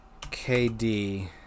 KD